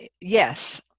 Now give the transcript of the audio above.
yes